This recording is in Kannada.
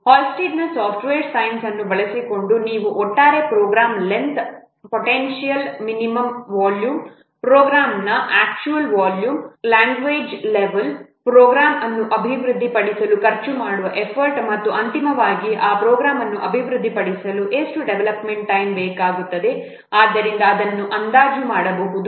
ಹಾಲ್ಸ್ಟೆಡ್ನ ಸಾಫ್ಟ್ವೇರ್ ಸೈನ್ಸ್Halstead's software science ಅನ್ನು ಬಳಸಿಕೊಂಡು ನೀವು ಒಟ್ಟಾರೆ program length potential minimum volume ಪ್ರೋಗ್ರಾಂನ ಅಕ್ಚುಯಲ್ ವಾಲ್ಯೂಮ್ ಪ್ರೋಗ್ರಾಂನ ಲ್ಯಾಂಗ್ವೇಜ್ ಲೆವೆಲ್ ಪ್ರೋಗ್ರಾಂ ಅನ್ನು ಅಭಿವೃದ್ಧಿಪಡಿಸಲು ಖರ್ಚು ಮಾಡುವ ಎಫರ್ಟ್ ಮತ್ತು ಅಂತಿಮವಾಗಿ ಆ ಪ್ರೋಗ್ರಾನ ಅನ್ನು ಅಭಿವೃದ್ಧಿಪಡಿಸಲು ಎಷ್ಟು ಡೆವಲಪ್ಮೆಂಟ್ ಟೈಮ್ ಬೇಕಾಗುತ್ತದೆ ಆದ್ದರಿಂದ ಅದನ್ನು ಅಂದಾಜು ಮಾಡಬಹುದು